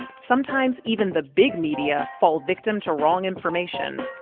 sometimes even the big media fall victim to wrong information.